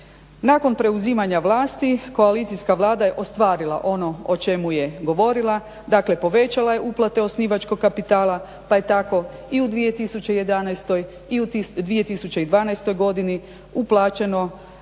Nakon preuzimanja vlasti koalicijska Vlada je ostvarila ono o čemu je govorila, dakle povećala je uplate osnivačkog kapitala pa je tako i u 2011. i u 2012. godini uplaćeno iz